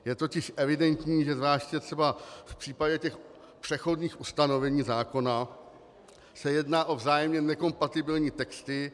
Je totiž evidentní, že zvláště třeba v případě přechodných ustanovení zákona se jedná o vzájemně nekompatibilní texty.